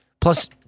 Plus